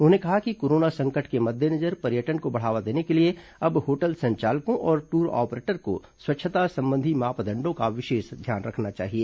उन्होंने कहा कि कोरोना संकट के मद्देनजर पर्यटन को बढ़ावा देने के लिए अब होटल संचालकों और दूर ऑपरेटर को स्वच्छता संबंधी मापदंडों का विशेष ध्यान रखना चाहिए